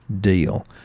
deal